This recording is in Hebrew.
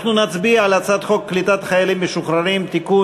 אנחנו נצביע על הצעת חוק קליטת חיילים משוחררים (תיקון,